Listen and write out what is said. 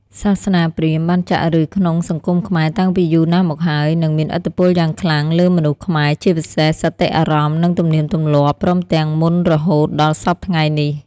សាសនាព្រាហ្មណ៍បានចាក់ឫសក្នុងសង្គមខ្មែរតាំងពីយូរណាស់មកហើយ និង មានឥទ្ធិពលយ៉ាងខ្លាំងលើមនុស្សខ្មែរ ជាពិសេសសតិអារម្មណ៍ និងទំនៀមទម្លាប់ ព្រមទាំងមន្តរហូតដល់សព្វថ្ងៃនេះ។